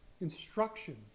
instruction